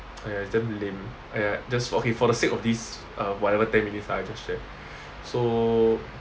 !aiya! it's damn lame !aiya! just for okay for the sake of this uh whatever ten minutes lah I just share so